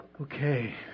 Okay